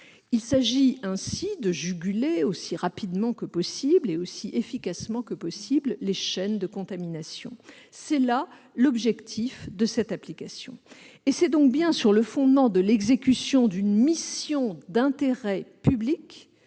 Il s'agit ainsi de juguler aussi rapidement que possible et aussi efficacement que possible les chaînes de contamination. C'est là l'objectif de cette application. Et c'est donc bien sur le fondement de l'exécution d'une mission d'intérêt public